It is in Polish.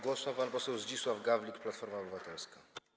Głos ma pan poseł Zdzisław Gawlik, Platforma Obywatelska.